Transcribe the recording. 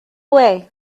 way